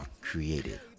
created